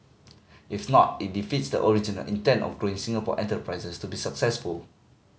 if not it defeats the original intent of growing Singapore enterprises to be successful